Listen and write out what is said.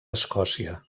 escòcia